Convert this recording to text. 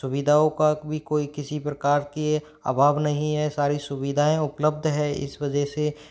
सुविधाओं का भी कोई किसी प्रकार की अभाव नहीं है सारी सुविधाएँ उपलब्ध है इस वजह से